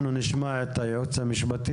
נשמע את הייעוץ המשפטי,